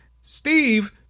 Steve